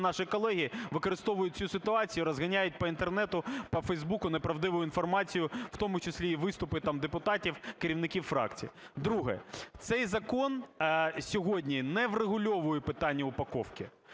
наші колеги використовують цю ситуацію, розганяють по Інтернету, по Фейсбуку неправдиву інформацію, в тому числі і виступи там депутатів, керівників фракцій. Друге. Цей закон сьогодні не врегульовує питання упаковки,